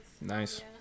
Nice